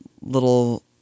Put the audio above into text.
little